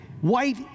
white